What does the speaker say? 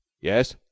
Yes